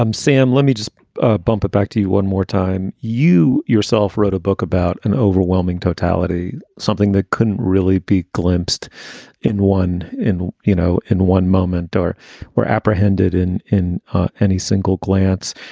um sam, let me just ah bump it back to you one more time. you yourself wrote a book about an overwhelming totality, something that couldn't really be glimpsed in one in, you know, in one moment or were apprehended in in any single glance.